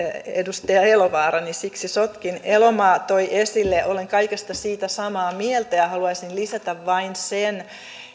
edustaja elovaara niin siksi sotkin elomaa toi esille olen samaa mieltä ja haluaisin lisätä vain sen